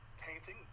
painting